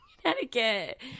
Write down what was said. Connecticut